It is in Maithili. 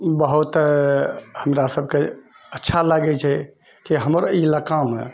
बहुत हमरा सभके अच्छा लागैत छै कि हमर इलाकामे